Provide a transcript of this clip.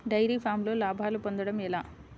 Dairy ఫామ్లో లాభాలు పొందడం ఎలా?